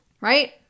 Right